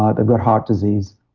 ah they've got heart disease,